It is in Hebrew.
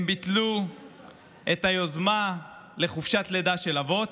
הם ביטלו את היוזמה לחופשת לידה של אבות,